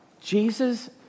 Jesus